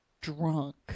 drunk